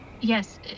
yes